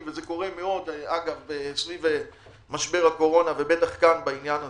וזה קורה סביב משבר הקורונה ובטח כאן בעניין הזה.